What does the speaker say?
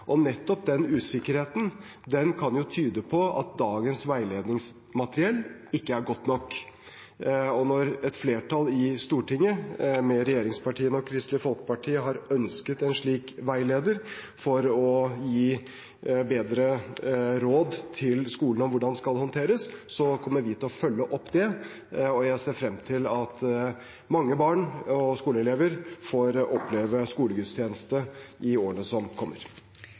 Nettopp den usikkerheten kan jo tyde på at dagens veiledningsmateriell ikke er godt nok. Og når et flertall i Stortinget, med regjeringspartiene og Kristelig Folkeparti, har ønsket en slik veileder for å gi bedre råd til skolene om hvordan det skal håndteres, kommer vi til å følge opp det. Jeg ser frem til at mange barn og skoleelever får oppleve skolegudstjeneste i årene som kommer.